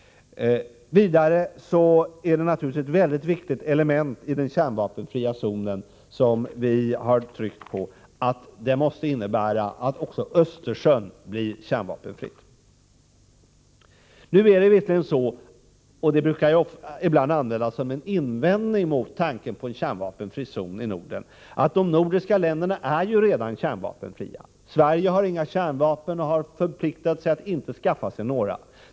Vidare är det naturligtvis ett mycket viktigt element i den kärnvapenfria zonen — som vi har tryckt på — att den måste innebära att också Östersjön blir kärnvapenfri. Nu är det visserligen så — och det brukar ibland användas som en invändning mot tanken på en kärnvapenfri zon i Norden — att de nordiska länderna redan är kärnvapenfria. Sverige har inga kärnvapen och har förpliktat sig att inte skaffa några.